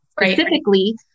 specifically